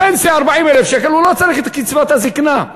הפנסיה 40,000 שקל, הוא לא צריך את קצבת הזיקנה.